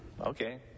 Okay